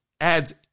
adds